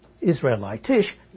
Israelitish